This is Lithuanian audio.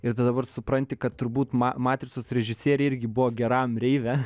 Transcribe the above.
ir tu dabar supranti kad turbūt ma matricos režisieriai irgi buvo geram reive